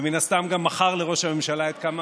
ומן הסתם גם מכר לראש הממשלה את כמה